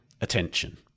attention